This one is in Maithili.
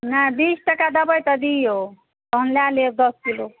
नहि बीस टके देबै तऽ दियौ तहन लए लेब दस किलो